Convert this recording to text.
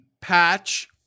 patch